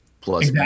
plus